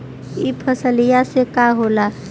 ई फसलिया से का होला?